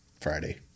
Friday